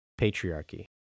Patriarchy